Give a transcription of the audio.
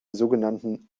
sogenannten